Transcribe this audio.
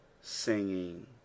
singing